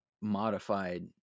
modified